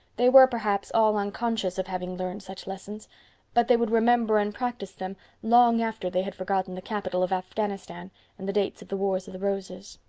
they were, perhaps, all unconscious of having learned such lessons but they would remember and practice them long after they had forgotten the capital of afghanistan and the dates of the wars of the roses.